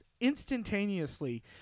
instantaneously